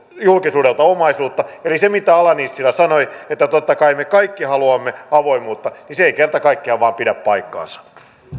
julkisuudelta omaisuutta eli se mitä ala nissilä sanoi että totta kai me kaikki haluamme avoimuutta ei kerta kaikkiaan vaan pidä paikkaansa